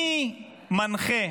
מי מנחה